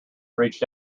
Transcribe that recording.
reached